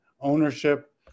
ownership